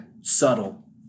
Subtle